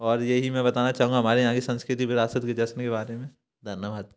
और यही मैं बताना चाहूँगा हमारे यहाँ की सांस्कृतिक विरासत के जश्न के बारे में धन्यवाद